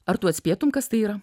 ar tu atspėtum kas tai yra